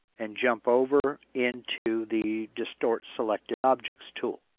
and jump over into the distort selected objects tool.